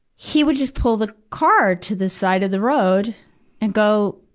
he would just pull the car to the side of the road and go,